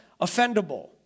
offendable